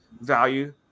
value